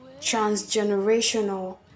transgenerational